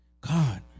God